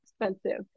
expensive